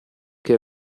che